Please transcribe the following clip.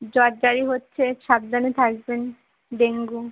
জ্বর জারি হচ্ছে সাবধানে থাকবেন ডেঙ্গু